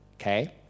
Okay